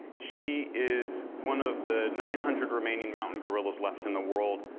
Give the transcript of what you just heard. she is one of the nine hundred remaining mountain gorillas left in the world.